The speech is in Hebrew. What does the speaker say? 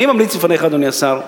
אני ממליץ בפניך, אדוני השר,